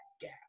gap